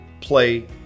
play